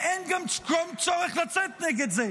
ואין גם צורך לצאת נגד זה.